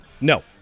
no